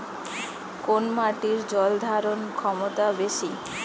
কোন মাটির জল ধারণ ক্ষমতা বেশি?